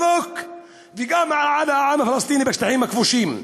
הירוק וגם על העם הפלסטיני בשטחים הכבושים.